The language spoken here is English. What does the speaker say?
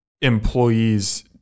employees